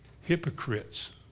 hypocrites